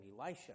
Elisha